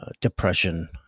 depression